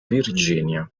virginia